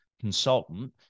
consultant